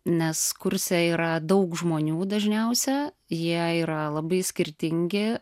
nes kurse yra daug žmonių dažniausia jie yra labai skirtingi